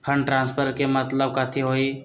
Fund transfer के मतलब कथी होई?